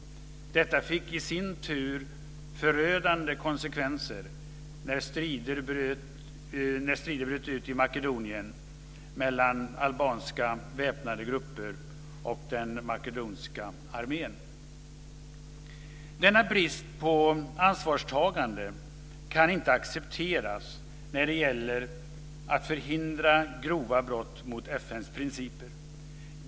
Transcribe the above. Detta fick i sin tur förödande konsekvenser när strider bröt ut i Makedonien mellan albanska väpnade grupper och den makedoniska armén. Denna brist på ansvarstagande kan inte accepteras när det gäller att förhindra grova brott mot FN:s principer.